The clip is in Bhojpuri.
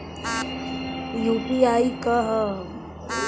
यू.पी.आई का ह?